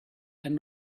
and